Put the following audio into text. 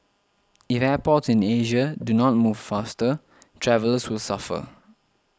if airports in Asia do not move faster travellers will suffer